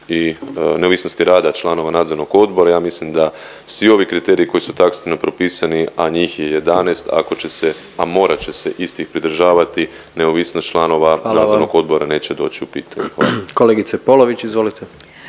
i, neovisnosti rada članova nadzornog odbora ja mislim da svi ovi kriteriji koji su taksativno propisani a njih je 11 ako će se, a morat će se istih pridržavati neovisnost članova … **Reiner, Željko (HDZ)** …/Upadica predsjednik: Hvala